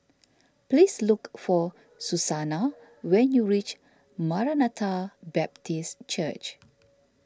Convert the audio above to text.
please look for Susana when you reach Maranatha Baptist Church